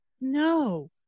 no